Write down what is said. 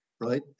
right